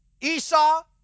Esau